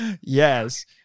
Yes